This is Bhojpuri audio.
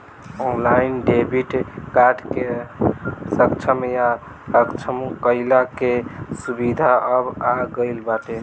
ऑनलाइन डेबिट कार्ड के सक्षम या असक्षम कईला के सुविधा अब आ गईल बाटे